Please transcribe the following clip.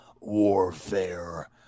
Warfare